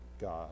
God